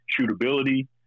shootability